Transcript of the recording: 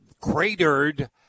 cratered